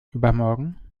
übermorgen